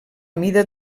mida